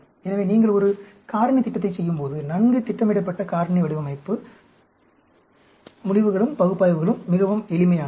எனவே நீங்கள் ஒரு காரணி திட்டத்தைச் செய்யும்போது நன்கு திட்டமிடப்பட்ட காரணி வடிவமைப்பு முடிவுகளும் பகுப்பாய்வுகளும் மிகவும் எளிமையானவை